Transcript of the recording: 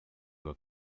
her